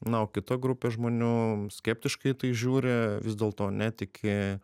na o kita grupė žmonių skeptiškai į tai žiūri vis dėlto netiki